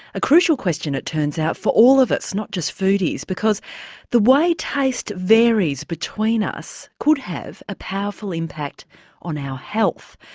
a crucial question it turns out for all of us, not just foodies, because the way taste varies between us could have a powerful impact on our health.